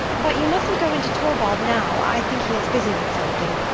but you mustn't go in to torvald now i think he is busy with something.